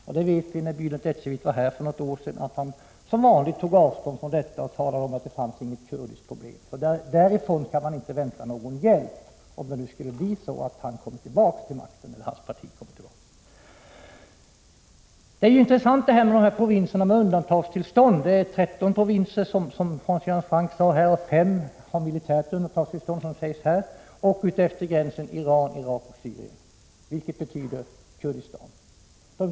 Vi vet ju att Bälent Ecevit vid sitt besök här för något år sedan som vanligt tog avstånd från den och sade att det inte fanns något kurdiskt problem. Därifrån kan man alltså inte vänta någon hjälp, om det nu skulle bli så att Bälent Ecevit och hans parti kommer tillbaka till makten. Det var intressant att frågan togs upp om de provinser där det råder undantagstillstånd. Hans Göran Franck nämnde att det var tretton provinser. Militärt undantagstillstånd råder i fem av dem och utefter gränsen Iran-Irak-Syrien, vilket betyder Kurdistan.